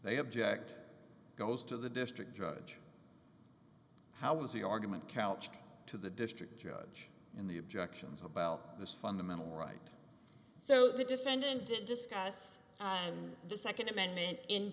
they object goes to the district judge how was the argument couched to the district judge in the objections about this fundamental right so the defendant didn't discuss and the nd amendment in